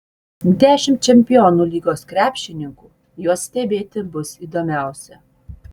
dešimt čempionų lygos krepšininkų juos stebėti bus įdomiausia